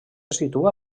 situa